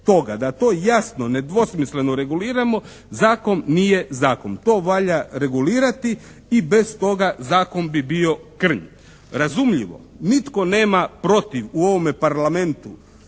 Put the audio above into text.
toga da to jasno, nedvosmisleno reguliramo zakon nije zakon. To valja regulirati i bez toga zakon bi bio krnji. Razumljivo nitko nema protiv u ovome Parlamentu